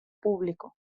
público